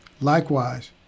likewise